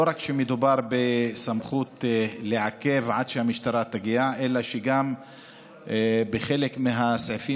לא רק שמדובר בסמכות לעכב עד שהמשטרה תגיע אלא שגם בחלק מהסעיפים,